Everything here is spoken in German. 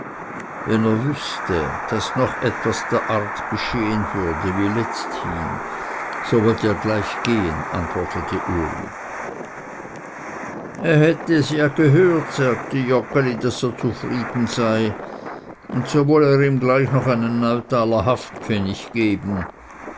wenn er wüßte daß noch etwas der art geschehen würde wie letzthin so wollte er gleich gehen antwortete uli er hatte es ja gehört sagte joggeli daß er zufrieden sei und so wolle er ihm gleich noch einen neutaler haftpfennig geben